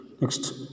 Next